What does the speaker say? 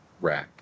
rack